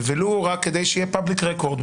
ולו רק כדי שיהיה public record,